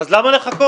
אז למה לחכות?